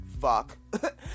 Fuck